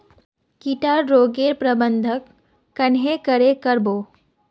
किट आर रोग गैर प्रबंधन कन्हे करे कर बो?